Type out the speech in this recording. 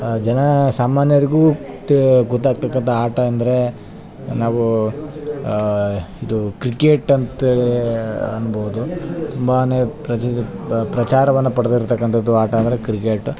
ಜನಸಾಮಾನ್ಯರಿಗೂ ತ್ ಗೊತ್ತಾಗ್ತಕ್ಕಂಥ ಆಟ ಅಂದರೆ ನಾವು ಇದು ಕ್ರಿಕೆಟಂತ ಅನ್ಬೌದು ತುಂಬಾ ಪ್ರಜೆ ಪ್ರಚಾರವನ್ನು ಪಡೆದಿರ್ಕಂಥದ್ದು ಆಟ ಅಂದರೆ ಕ್ರಿಕೆಟ್